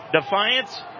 Defiance